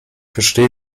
verstehe